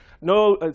no